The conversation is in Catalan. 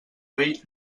rei